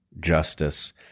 justice